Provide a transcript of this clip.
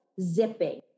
zipping